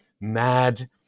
mad